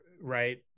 right